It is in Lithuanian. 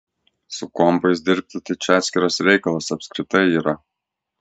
su kompais dirbti tai čia atskiras reikalas apskritai yra